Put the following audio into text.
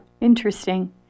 Interesting